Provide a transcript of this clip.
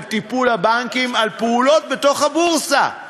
טיפול הבנקים על פעולות בתוך הבורסה.